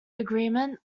agreement